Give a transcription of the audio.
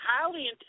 highly